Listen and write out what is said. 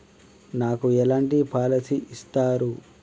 నాకు ఎలాంటి పాలసీ ఇస్తారు?